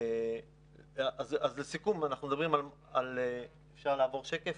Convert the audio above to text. (מוקרן שקף, שכותרתו: